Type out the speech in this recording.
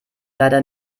leider